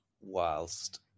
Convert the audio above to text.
whilst